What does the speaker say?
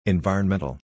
Environmental